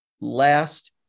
last